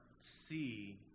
see